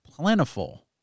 plentiful